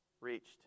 Reached